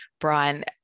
Brian